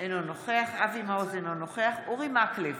אינו נוכח אבי מעוז, אינו נוכח אורי מקלב,